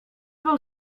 był